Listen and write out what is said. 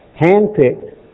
handpicked